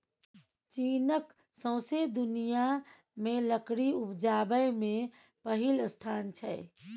चीनक सौंसे दुनियाँ मे लकड़ी उपजाबै मे पहिल स्थान छै